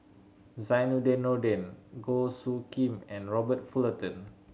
Zainudin Nordin Goh Soo Khim and Robert Fullerton